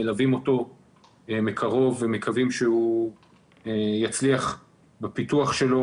מלווים אותו מקרוב ומקווים שהוא יצליח בפיתוח שלו.